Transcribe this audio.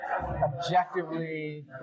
objectively